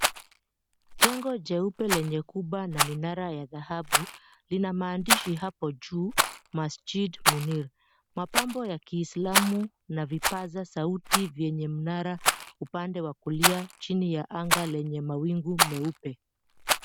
Jengo jeupe lenye kuba na minara ya dhahabu, lina maandishi hapo juu, "Masjid Munir". Mapambo ya Kiislamu na vipaza sauti vyenye mnara upande wa kulia chini ya anga lenye mawingu meupe.